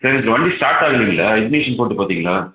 சரிங்க சார் வண்டி ஸ்டார்ட் ஆகலிங்களா இக்லிஷிங் போட்டு பார்த்தீங்களா